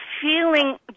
feeling